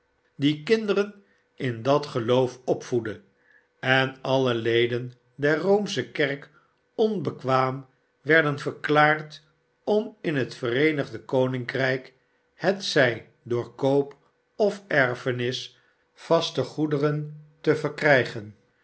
die kinderen in dat geloof opvoedde en alle leden der roomsche kerk onbekwaam werden verklaard om in het vereenigde koninkrijk hetzij door koop of erfenis vaste goederen te verkrijgen